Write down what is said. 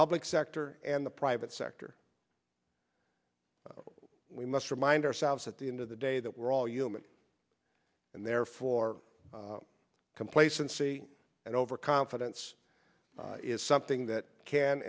public sector and the private sector we must remind ourselves at the end of the day that we're all human and therefore complacency and overconfidence is something that can